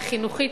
היא חינוכית,